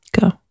Go